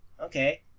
Okay